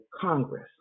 Congress